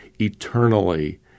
eternally